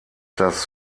das